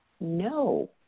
No